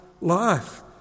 life